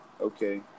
okay